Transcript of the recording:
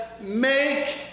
make